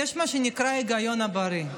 יש מה שנקרא היגיון בריא.